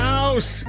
House